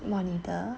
monitor